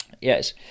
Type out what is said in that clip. yes